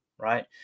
Right